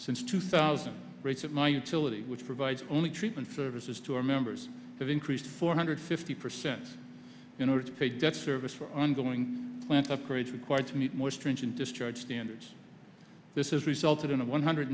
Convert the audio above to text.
since two thousand rates of my utility which provides only treatment services to our members have increased four hundred fifty percent in order to pay debt service for ongoing plant upgrades required to meet more stringent discharge standards this is resulted in a one hundred